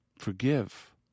Forgive